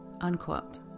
Unquote